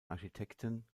architekten